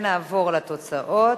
ונעבור לתוצאות,